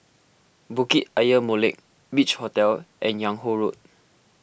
Bukit Ayer Molek Beach Hotel and Yung Ho Road